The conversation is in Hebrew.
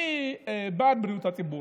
אני בעד בריאות הציבור,